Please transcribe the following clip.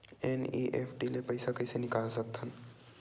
NEFT ले पईसा कइसे निकाल सकत हन?